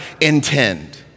intend